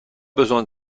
besoin